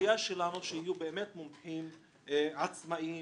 הציפייה שלנו שיהיו באמת מומחים, עצמאיים,